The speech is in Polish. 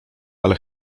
ale